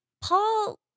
Paul